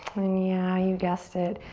and yeah, you guessed it.